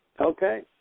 Okay